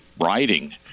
writing